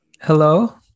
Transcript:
Hello